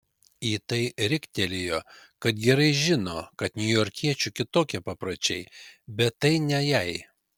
į tai riktelėjo kad gerai žino kad niujorkiečių kitokie papročiai bet tai ne jai